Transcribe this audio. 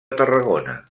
tarragona